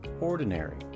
ordinary